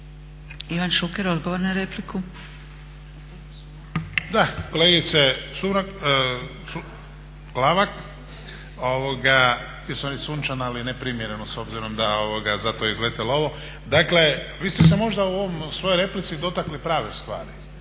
Ivan Šuker, odgovor na repliku.